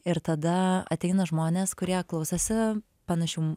ir tada ateina žmonės kurie klausosi panašių